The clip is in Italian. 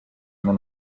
non